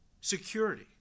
security